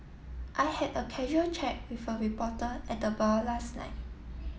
I had a casual chat with a reporter at the bar last night